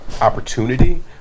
opportunity